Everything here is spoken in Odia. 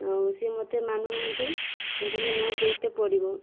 ଆଉ ସେ ମୋତେ ମାନୁ ନାହାନ୍ତି କହୁଛନ୍ତି ନା ଦେଇତେ ପଡ଼ିବ